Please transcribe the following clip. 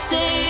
Say